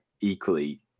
equally